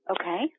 Okay